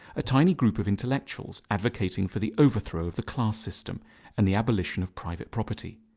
a tiny group of intellectuals advocating for the overthrow of the class system and the abolition of private property.